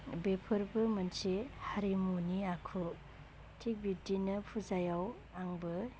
बेफोरबो मोनसे हारिमुनि आखु थिक बिब्दिनो फुजायाव आंबो